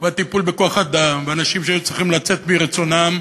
והטיפול בכוח-אדם ואנשים שהיו צריכים לצאת מרצונם,